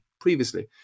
previously